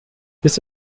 this